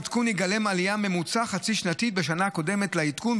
העדכון יגלם עלייה ממוצעת חצי-שנתית בשנה הקודמת לעדכון.